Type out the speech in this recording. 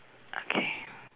okay